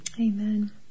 Amen